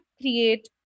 create